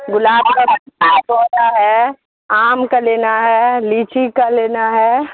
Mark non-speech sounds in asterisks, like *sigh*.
گلاب کا *unintelligible* کا پودا ہے آم کا لینا ہے لییچی کا لینا ہے